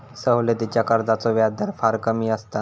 सवलतीच्या कर्जाचो व्याजदर फार कमी असता